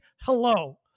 hello